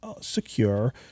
secure